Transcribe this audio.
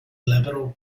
liberal